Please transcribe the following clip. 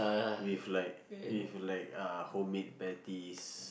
with like with like uh home made patties